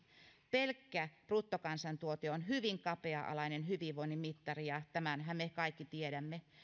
pelkkä bruttokansantuote on hyvin kapea alainen hyvinvoinnin mittari ja tämänhän me kaikki tiedämme